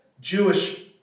Jewish